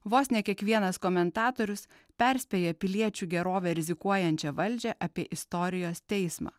vos ne kiekvienas komentatorius perspėja piliečių gerove rizikuojančią valdžią apie istorijos teismą